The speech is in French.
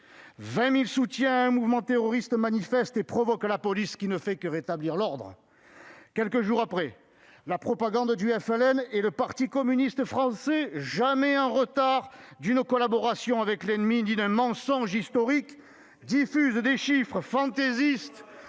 20 000 soutiens à un mouvement terroriste manifestent et provoquent la police qui ne fait que rétablir l'ordre. Quelques jours après, la propagande du FLN et le parti communiste français, jamais en retard d'une collaboration avec l'ennemi ni d'un mensonge historique, ... Et les résistants